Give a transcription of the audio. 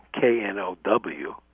K-N-O-W